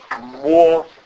more